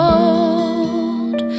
old